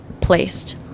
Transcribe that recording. placed